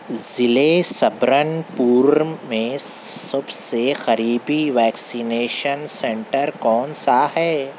ضلعے سبرن پور میں سب سے قریبی ویکسینیشن سنٹر کون سا ہے